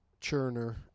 churner